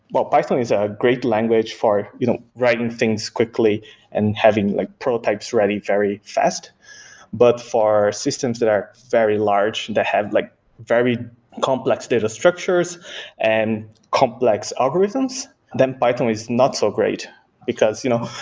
well python is a great language for you know writing things quickly and having like prototypes ready very fast but for systems that are very large, they and have like very complex data structures and complex algorithms, then python is not so great because you know,